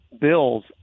bills